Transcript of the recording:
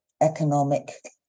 economic